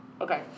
Okay